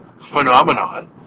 phenomenon